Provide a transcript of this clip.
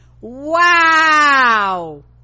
wow